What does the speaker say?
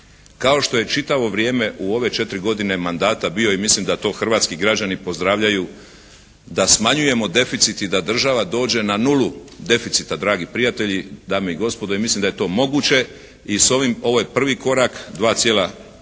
kao što je čitavo vrijeme u ove četiri godine mandata bio i mislim da to hrvatski građani pozdravljaju, da smanjujemo deficit i da država dođe na nulu deficita dragi prijatelji, dame i gospodo, i mislim da je to moguće. I ovo je prvi korak 2,8